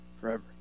forever